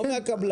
לא מול הקבלן.